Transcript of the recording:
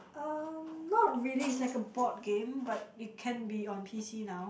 um not really it's like a board game but it can be on p_c now